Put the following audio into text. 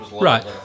Right